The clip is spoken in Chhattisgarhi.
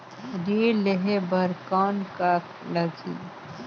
ऋण लेहे बर कौन का लगही?